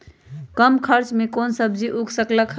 कम खर्च मे कौन सब्जी उग सकल ह?